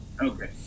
Okay